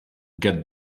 get